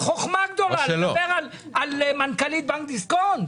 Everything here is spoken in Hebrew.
חכמה גדולה לדבר על מנכ"לית בנק דיסקונט.